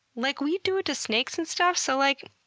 like, we do it to snakes and stuff, so, like